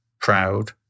proud